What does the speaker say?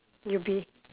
you be